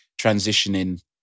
transitioning